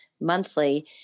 monthly